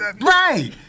Right